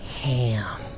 ham